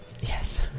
Yes